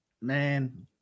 man